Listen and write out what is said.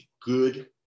good